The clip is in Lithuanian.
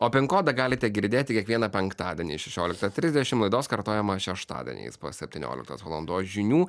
o pin kodą galite girdėti kiekvieną penktadienį šešioliktą trisdešim laidos kartojimą šeštadieniais po septynioliktos valandos žinių